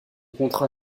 contrat